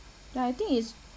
ya I think it's